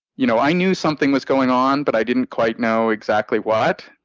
you know i knew something was going on, but i didn't quite know exactly what.